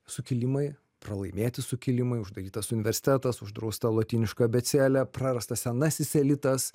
sukilimai pralaimėti sukilimai uždarytas universitetas uždrausta lotyniška abėcėlė prarastas senasis elitas